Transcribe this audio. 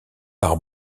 par